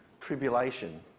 tribulation